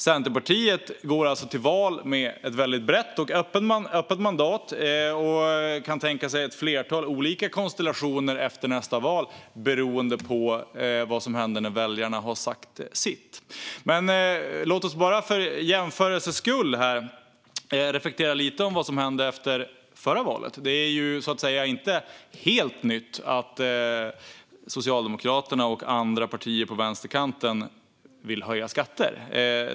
Centerpartiet går alltså till val med ett väldigt brett och öppet mandat och kan tänka sig ett flertal olika konstellationer efter nästa val beroende på vad som händer när väljarna har sagt sitt. Men låt oss bara för jämförelsens skull här reflektera lite grann över vad som hände efter förra valet. Det är så att säga inte helt nytt att Socialdemokraterna och andra partier på vänsterkanten vill höja skatter.